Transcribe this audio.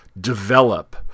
develop